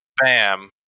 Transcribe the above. bam